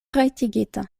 rajtigita